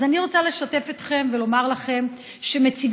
אז אני רוצה לשתף אתכם ולומר לכם שמציבים